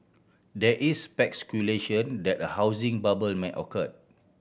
there is speculation that a housing bubble may occur